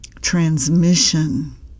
transmission